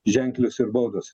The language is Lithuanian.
ženklios ir baudos